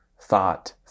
thought